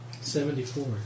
Seventy-four